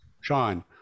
Sean